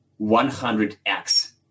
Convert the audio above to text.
100x